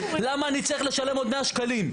למה אני צריך לשלם עוד 100 שקלים?